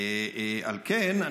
על כן,